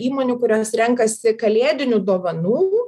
įmonių kurios renkasi kalėdinių dovanų